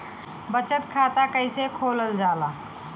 बचत खाता कइसे खोलल जाला?